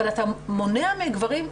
אבל אתה מונע מגברים.